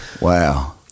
wow